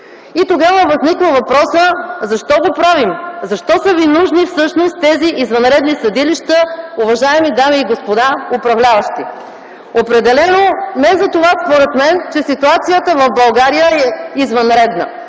Тогава възниква въпросът: защо го правим? Защо са ви нужни тези извънредни съдилища, уважаеми дами и господа управляващи? Определено не за това, според мен, че ситуацията в България е извънредна.